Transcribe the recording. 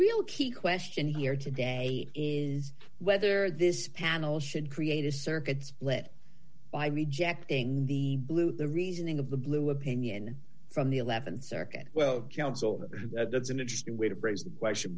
real key question here today is whether this panel should create a circuit split by rejecting the blue the reasoning of the blue opinion from the th circuit well that's an interesting way to phrase the question